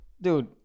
Dude